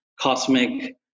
cosmic